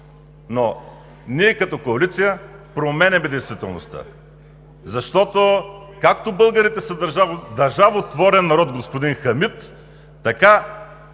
но ние като коалиция променяме действителността, защото както българите са държавотворен народ, господин Хамид, така